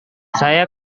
saya